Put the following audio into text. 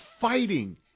fighting